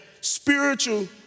spiritual